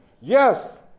Yes